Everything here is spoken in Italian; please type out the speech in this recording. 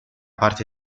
parte